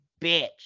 bitch